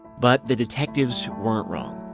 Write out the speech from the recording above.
but the detectives weren't wrong.